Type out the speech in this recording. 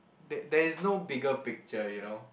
there there is no bigger picture you know